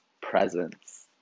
presence